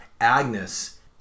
Agnes